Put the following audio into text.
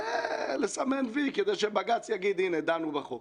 כדי לסמן "וי", כדי שבג"ץ יגיד הינה, דנו בחוק.